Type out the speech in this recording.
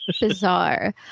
bizarre